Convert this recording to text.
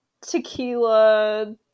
tequila